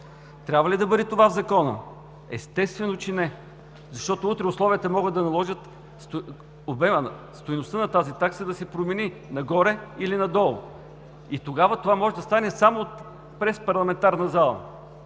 Трябва ли да бъде това в Закона? Естествено, че не. Утре условията могат да наложат стойността на тази такса да се промени – нагоре или надолу, и тогава това може да стане само през парламентарната зала,